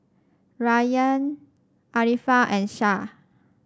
Rayyan Arifa and Shah